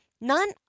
none